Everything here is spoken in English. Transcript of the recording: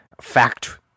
fact